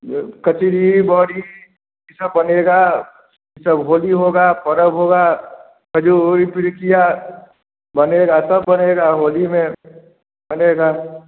यह कचरी बड़ी यह सब बनेगा यह सब होली होगा पर्व होगा जो वही पिड़िकिया बनेगा सब बनेगा होली में बनेगा